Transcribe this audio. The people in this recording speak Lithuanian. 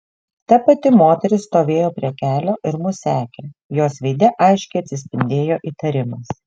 ta pati moteris stovėjo prie kelio ir mus sekė jos veide aiškiai atsispindėjo įtarimas